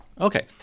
Okay